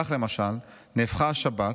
כך למשל, נהפכה השבת,